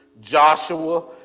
Joshua